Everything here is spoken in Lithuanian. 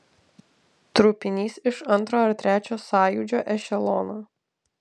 trupinys iš antro ar trečio sąjūdžio ešelono